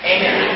Amen